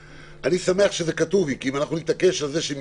אני שמח שזה כתוב לי כי אם נתעקש על זה שהם